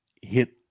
hit